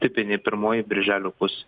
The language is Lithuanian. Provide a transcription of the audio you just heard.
tipinė pirmoji birželio pusė